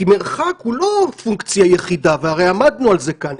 כי מרחק הוא לא פונקציה היחידה והרי עמדנו על זה כאן.